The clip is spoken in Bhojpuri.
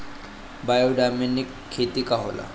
बायोडायनमिक खेती का होला?